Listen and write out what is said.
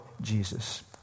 Jesus